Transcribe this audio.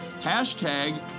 hashtag